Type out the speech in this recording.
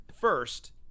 first